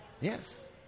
Yes